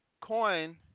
Coin